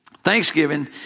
Thanksgiving